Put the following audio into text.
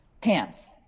pants